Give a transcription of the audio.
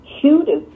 cutest